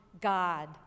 God